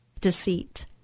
deceit